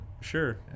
Sure